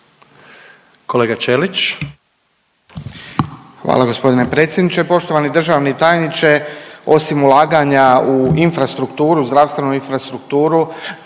Kolega Ćelić.